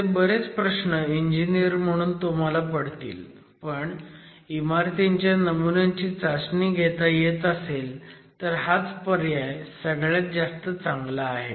असे बरेच प्रश्न इंजिनियर म्हणून तुम्हाला पडतील पण इमारतींच्या नमुन्यांची चाचणी घेता येत असेल तर हाच पर्याय सगळ्यात चांगला आहे